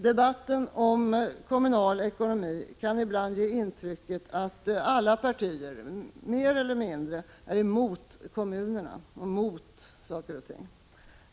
Debatten om kommunal ekonomi kan ibland ge intryck av att alla partier, mer eller mindre, är emot kommunerna.